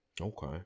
Okay